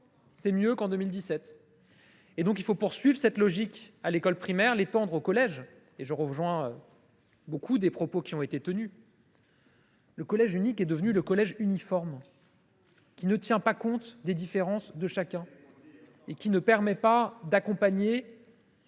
c’est mieux qu’en 2017. Il faut donc poursuivre cette logique à l’école primaire et l’étendre au collège. À ce titre, je rejoins beaucoup des propos tenus : le collège unique est devenu le collège uniforme, qui ne tient pas compte des différences de chacun et qui ne permet pas d’accompagner